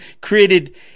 created